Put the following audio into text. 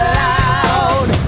loud